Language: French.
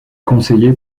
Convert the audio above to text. conseiller